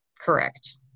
Correct